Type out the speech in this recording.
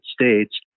States